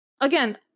again